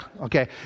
okay